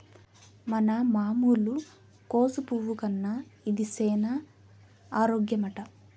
మన మామూలు కోసు పువ్వు కన్నా ఇది సేన ఆరోగ్యమట